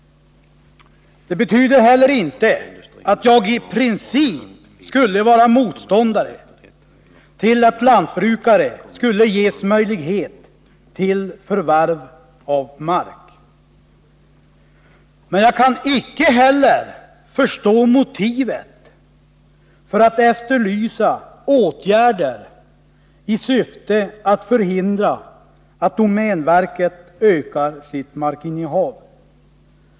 Det betyder heller inte att jag i princip skulle vara motståndare till att lantbrukare skulle ges möjlighet till förvärv av mark. Men jag kan inte heller förstå motivet för att efterlysa åtgärder i syfte att förhindra att domänverket ökar sitt markinnehav.